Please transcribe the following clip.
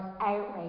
outrage